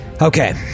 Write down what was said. Okay